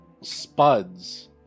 spuds